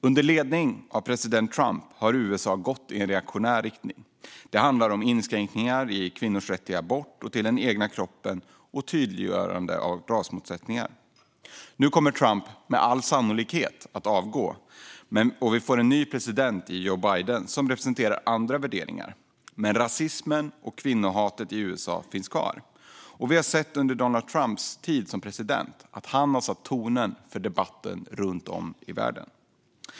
Under ledning av president Trump har USA gått i en reaktionär riktning. Det handlar om inskränkningar i kvinnors rätt till abort och den egna kroppen och om tydliggörande av rasmotsättningar. Nu kommer Trump med all sannolikhet att avgå, och vi får en ny president i Biden som representerar andra värderingar. Men rasismen och kvinnohatet i USA finns kvar, och vi har sett under Donald Trumps tid som president att han har satt tonen för debatten runt om i världen.